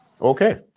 Okay